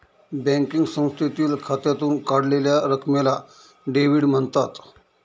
banking संस्थेतील खात्यातून काढलेल्या रकमेला डेव्हिड म्हणतात